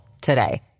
today